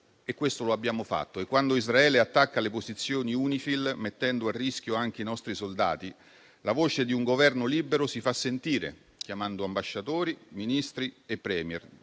e lo abbiamo fatto. Quando Israele attacca le posizioni UNIFIL, mettendo a rischio anche i nostri soldati, la voce di un Governo libero si fa sentire, chiamando ambasciatori, Ministri e *Premier*,